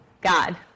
God